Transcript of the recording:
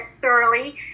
thoroughly